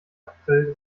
april